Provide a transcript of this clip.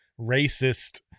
racist